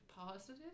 positive